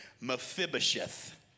Mephibosheth